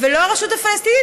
ולא הרשות הפלסטינית,